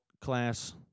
class